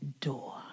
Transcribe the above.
door